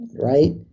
right